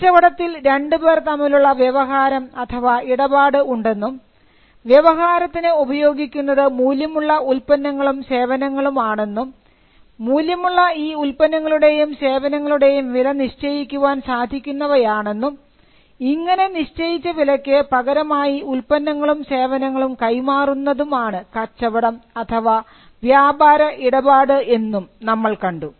കച്ചവടത്തിൽ രണ്ടുപേർ തമ്മിലുള്ള വ്യവഹാരം അഥവാ ഇടപാട് ഉണ്ടെന്നും വ്യവഹാരത്തിന് ഉപയോഗിക്കുന്നത് മൂല്യമുള്ള ഉൽപന്നങ്ങളും സേവനങ്ങളും ആണെന്നും മൂല്യമുള്ള ഈ ഉൽപന്നങ്ങളുടെയും സേവനങ്ങളുടെയും വില നിശ്ചയിക്കാൻ സാധിക്കുന്നവയാണെന്നും ഇങ്ങനെ നിശ്ചയിച്ച വിലയ്ക്ക് പകരമായി ഉൽപ്പന്നങ്ങളും സേവനങ്ങളും കൈമാറുന്നതും ആണ് കച്ചവടം അഥവാ വ്യാപാര ഇടപാട് എന്നും നമ്മൾ കണ്ടു